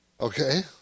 Okay